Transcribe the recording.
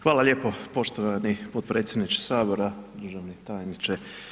Hvala lijepo poštovani potpredsjedniče Sabora, državni tajniče.